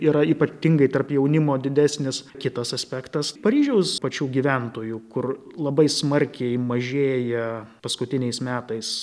yra ypatingai tarp jaunimo didesnis kitas aspektas paryžiaus pačių gyventojų kur labai smarkiai mažėja paskutiniais metais